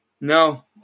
No